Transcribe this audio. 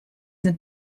sind